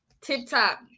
tip-top